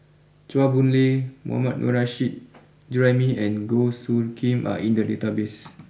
Chua Boon Lay Mohammad Nurrasyid Juraimi and Goh Soo Khim are in the database